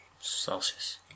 Celsius